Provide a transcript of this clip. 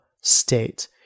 state